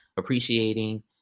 appreciating